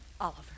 Oliver